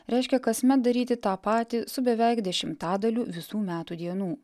reiškia kasmet daryti tą patį su beveik dešimtadaliu visų metų dienų